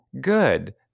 good